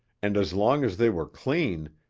and as long as they were clean,